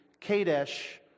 Kadesh